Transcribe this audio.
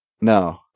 no